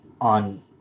on